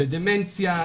בדמנציה,